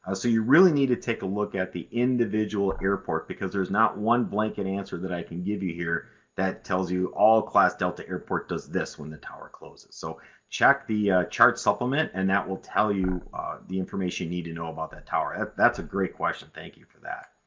ah so you really need to take a look at the individual airport because there's not one blanket answer that i can give you here that tells you all class delta airport does this when the tower closes. so check the chart supplement and that will tell you the information you need to know about that tower. that's a great question thank you for that.